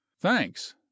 thanks